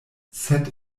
sed